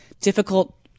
difficult